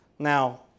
Now